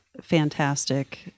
fantastic